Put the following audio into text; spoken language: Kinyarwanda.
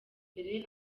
mbere